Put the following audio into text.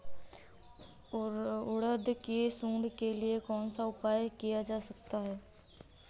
उड़द की सुंडी के लिए कौन सा उपाय किया जा सकता है?